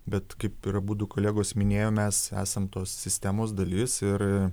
bet kaip ir abudu kolegos minėjo mes esam tos sistemos dalis ir